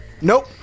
nope